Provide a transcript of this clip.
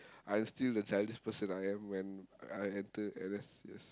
I'll still the childish person I am when I enter N_S yes